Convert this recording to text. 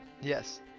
Yes